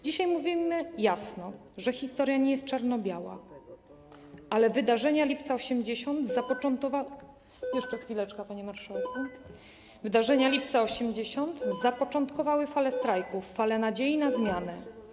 Dzisiaj mówimy jasno, że historia nie jest czarno-biała, ale wydarzenia Lipca 1980 zapoczątkowały - jeszcze chwileczkę, panie marszałku - wydarzenia lipca ’80 zapoczątkowały falę strajków, falę nadziei na zmianę.